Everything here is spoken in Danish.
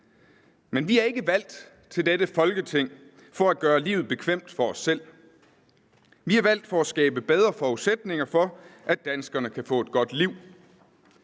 Men vi er ikke valgt til dette Folketing for at gøre livet bekvemt for os selv. Vi er valgt for at skabe bedre forudsætninger for, at danskerne kan få et godt liv.